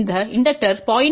இந்த இண்டக்டர் 0